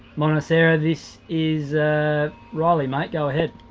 um this ah this is riley, mate. go ahead.